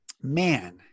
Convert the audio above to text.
man